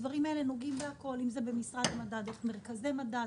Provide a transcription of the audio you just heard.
הדברים האלה נוגעים בהכול אם זה במשרד המדע דרך מרכזי מדע,